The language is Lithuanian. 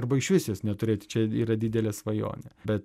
arba išvis jos neturėti čia yra labai didelė svajonė bet